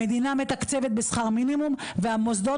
המדינה מתקצבת בשכר מינימום והמוסדות